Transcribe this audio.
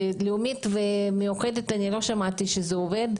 אבל ב- ׳לאומית׳ וב- ׳מאוחדת׳ אני לא שמעתי שזה קורה.